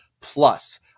Plus